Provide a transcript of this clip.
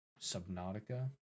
Subnautica